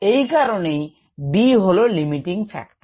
এই কারণে B হল লিমিটিং ফ্যাক্টর